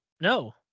No